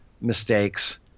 mistakes